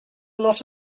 lot